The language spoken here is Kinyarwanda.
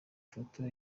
foto